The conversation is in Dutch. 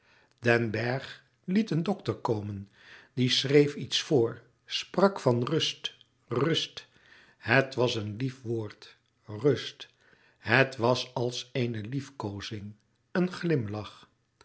den bergh liet een dokter komen die schreef iets voor sprak van rust rust het was een lief woord rust het was als eene liefkoozing een glimlach